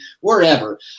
wherever